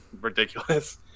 ridiculous